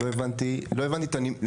אני לא הבנתי את הנימוק,